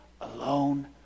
alone